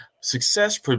success